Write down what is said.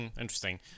interesting